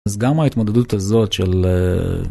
אז גם ההתמודדות הזאת של.